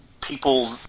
people